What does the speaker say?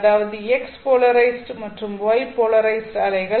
அதாவது x polarized மற்றும் y polarized அலைகள்